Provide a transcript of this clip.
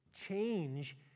change